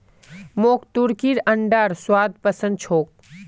मोक तुर्कीर अंडार स्वाद पसंद छोक